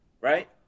right